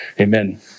Amen